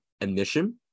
admission